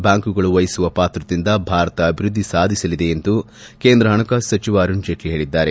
ಬ್ಲಾಂಕುಗಳು ವಹಿಸುವ ಪಾತ್ರದಿಂದ ಭಾರತ ಅಭಿವೃದ್ದಿ ಸಾಧಿಸಲಿದೆ ಎಂದು ಕೇಂದ್ರ ಹಣಕಾಸು ಸಚಿವ ಅರುಣ್ ಜೇಟ್ಲ ಹೇಳಿದ್ದಾರೆ